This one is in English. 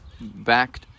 back